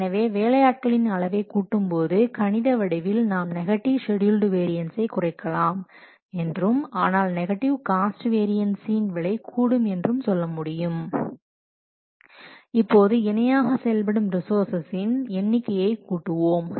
எனவே வேலையாட்களின் அளவை கூட்டும் போது கணித வடிவில் நாம் நெகட்டிவ் ஷெட்யூல்ட் வேரியன்ஸை குறைக்கலாம் என்றும் ஆனால் நெகட்டிவ் காஸ்ட் வேரியன்ஸின் விலை கூடும் என்றும் சொல்ல முடியும் இப்போது இணையாக செயல்படும் ரிசோர்ஸின் எண்ணிக்கையை கூட்டுவோம்